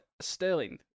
Sterling